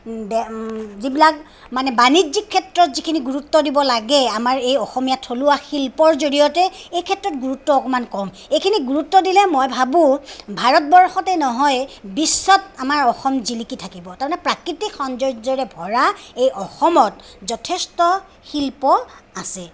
যিবিলাক মানে বাণিজ্যিক ক্ষেত্ৰত যিখিনি গুৰুত্ব দিব লাগে আমাৰ এই অসমীয়া থলুৱা শিল্পৰ জৰিয়তে এই ক্ষেত্ৰত গুৰুত্ব অকণমান কম এইখিনি গুৰুত্ব দিলে মই ভাবো ভাৰতবৰ্ষতে নহয় বিশ্বত আমাৰ অসম জিলিকি থাকিব তাৰমানে প্ৰাকৃতিক সৌন্দৰ্যৰে ভৰা এই অসমত যথেষ্ট শিল্প আছে